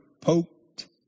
poked